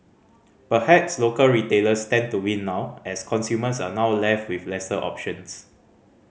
perhaps local retailers stand to win now as consumers are now left with lesser options